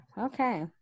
Okay